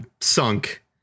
sunk